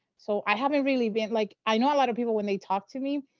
so i haven't really been like i know a lot of people, when they talk to me,